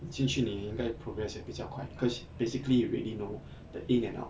你进去你应该 progress 也比较快 cause basically you already know the in and out